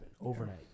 overnight